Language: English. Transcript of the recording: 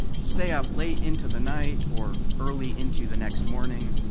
stay up late into the night or early into the next morning.